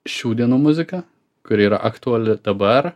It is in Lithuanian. šių dienų muziką kuri yra aktuali dabar